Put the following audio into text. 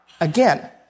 again